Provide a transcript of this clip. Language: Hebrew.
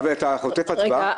אבי, אתה חוטף הצבעה?